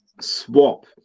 swap